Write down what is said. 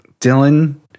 Dylan